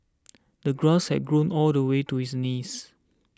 the grass had grown all the way to his knees